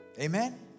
Amen